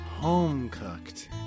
home-cooked